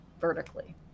vertically